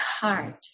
heart